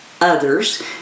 others